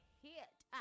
hit